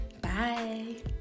Bye